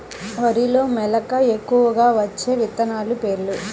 వరిలో మెలక ఎక్కువగా వచ్చే విత్తనాలు పేర్లు?